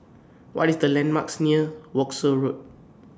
What IS The landmarks near Wolskel Road